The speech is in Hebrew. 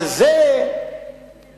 ישראל לא רוצה שהוא ייצג אותה.